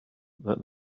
that